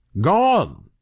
gone